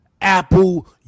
Apple